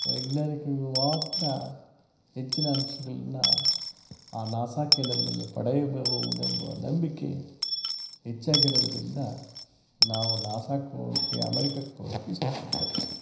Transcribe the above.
ವೈಜ್ಞಾನಿಕಿಗ್ ಮಾತ್ರ ಹೆಚ್ಚಿನ ಅಂಶಗಳನ್ನು ಆ ನಾಸಾ ಕೇಂದ್ರದಲ್ಲಿ ಪಡೆಯಬಹುದೆಂಬ ನಂಬಿಕೆ ಹೆಚ್ಚಾಗಿರೋದ್ರಿಂದ ನಾವು ನಾಸಾಕ್ಕೆ ಹೋಗಿ ಅಮೆರಿಕಕ್ಕೆ ಹೋಗೋಕ್ಕೆ ಇಷ್ಟಪಡ್ತೇವೆ